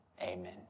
Amen